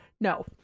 No